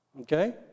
Okay